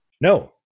No